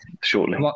shortly